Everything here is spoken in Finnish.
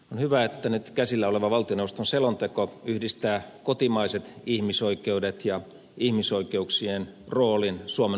on hyvä että nyt käsillä oleva valtioneuvoston selonteko yhdistää kotimaiset ihmisoikeudet ja ihmisoikeuksien roolin suomen ulkopolitiikassa